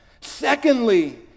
Secondly